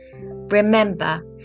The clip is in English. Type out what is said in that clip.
Remember